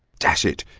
dash it,